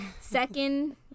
second